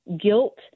guilt